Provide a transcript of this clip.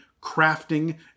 crafting